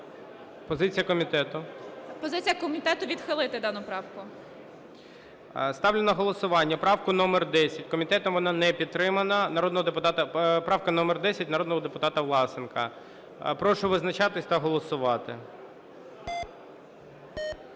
ЯНЧЕНКО Г.І. Позиція комітету – відхилити дану правку. ГОЛОВУЮЧИЙ. Ставлю на голосування правку номер 10, комітетом вона не підтримана, правка номер 10 народного депутата Власенка. Прошу визначатися та голосувати.